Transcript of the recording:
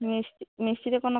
মিষ্টি মিষ্টিতে কোনো